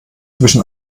zwischen